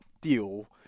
deal